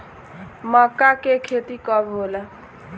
मक्का के खेती कब होला?